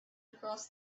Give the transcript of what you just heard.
across